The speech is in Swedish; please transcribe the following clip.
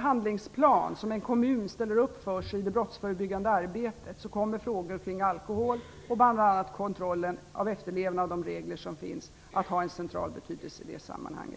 handlingsplan som en kommun ställer upp för sitt brottsförebyggande arbete kommer frågor kring alkohol och bl.a. kontrollen av efterlevnad av de regler som finns att ha en central betydelse i detta sammanhang.